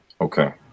Okay